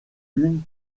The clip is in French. une